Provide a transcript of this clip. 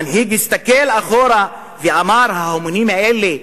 המנהיג הסתכל אחורה ואמר: ההמונים האלה,